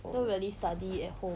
don't really study at home